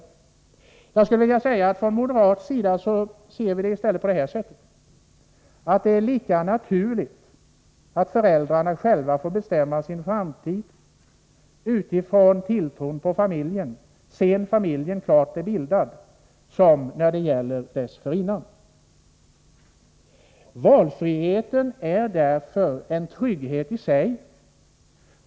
Från moderat sida har vi, utifrån tilltron till familjen, uppfattningen att det är lika naturligt att föräldrarna själva skall få bestämma sin framtid sedan familjen väl är bildad som att de får göra det dessförinnan. Valfrihet är en trygghet i sig.